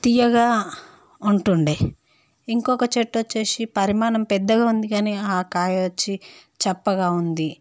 తియ్యగా ఉంటుండే ఇంకొక చెట్టు వచ్చేసి పరిమాణం పెద్దగా ఉంది కానీ కాయ వచ్చి చప్పగా ఉంది